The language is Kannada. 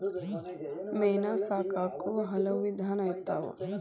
ಮೇನಾ ಸಾಕಾಕು ಹಲವು ವಿಧಾನಾ ಇರ್ತಾವ